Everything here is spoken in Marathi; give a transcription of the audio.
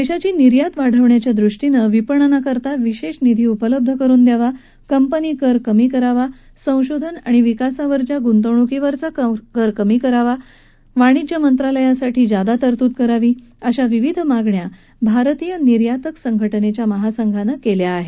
देशाची निर्यात वाढवण्याच्या दृष्टीनं विपणनाकरता विशेष निधी उपलब्ध करुन द्यावा कंपनी कर कमी करावा संशोधन आणि विकासावरच्या गुंतवणूकीवरचा कर कमी करावा वाणिज्य मंत्रालयासाठी जादा तरतूद करावी अशा विविध मागण्या भारतीय निर्यातक संघटनेच्या महासंघानं केल्या आहेत